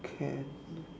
can